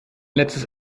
letztes